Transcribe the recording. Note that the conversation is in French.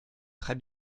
très